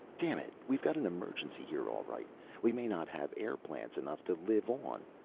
damn it, we've got an emergency here all right we may not have air plants enough to live on.